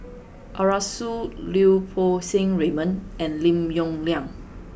Arasu Lau Poo Seng Raymond and Lim Yong Liang